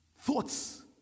thoughts